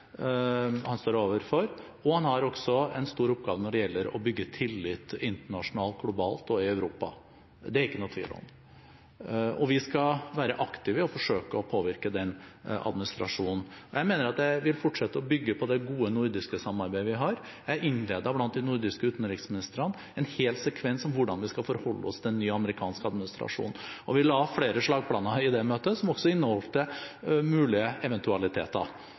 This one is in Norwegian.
og han har også en stor oppgave når det gjelder å bygge tillit internasjonalt – globalt og i Europa. Det er det ingen tvil om, og vi skal være aktive i å forsøke å påvirke den administrasjonen. Jeg vil fortsette å bygge på det gode nordiske samarbeidet vi har. Jeg innledet blant de nordiske utenriksministrene med en hel sekvens om hvordan vi skal forholde oss til en ny amerikansk administrasjon. Vi la flere slagplaner i det møtet som også inneholdt mulige eventualiteter.